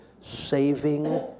Saving